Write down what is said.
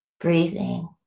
breathing